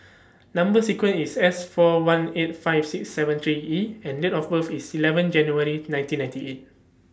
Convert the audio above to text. Number sequence IS S four one eight five six seven three E and Date of birth IS eleven January nineteen ninety eight